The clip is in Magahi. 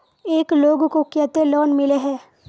एक लोग को केते लोन मिले है?